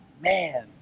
Man